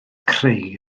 creu